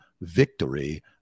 victory